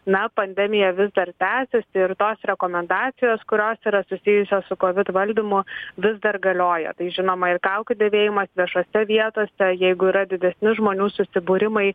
na pandemija vis dar tęsiasi ir tos rekomendacijos kurios yra susijusios su covid valdymu vis dar galioja tai žinoma ir kaukių dėvėjimas viešose vietose jeigu yra didesni žmonių susibūrimai